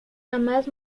jamás